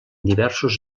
diversos